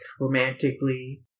romantically